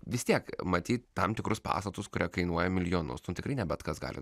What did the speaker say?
vis tiek matyt tam tikrus pastatus kurie kainuoja milijonus nu tikrai ne bet kas gali